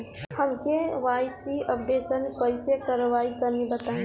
हम KYC updation कइसे करवाई तनि बताई?